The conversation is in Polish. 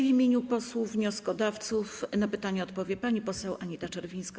W imieniu posłów wnioskodawców na pytanie odpowie pani poseł Anita Czerwińska.